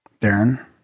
Darren